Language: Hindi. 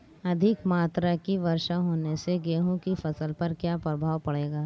अधिक मात्रा की वर्षा होने से गेहूँ की फसल पर क्या प्रभाव पड़ेगा?